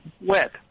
wet